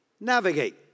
navigate